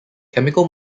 chemical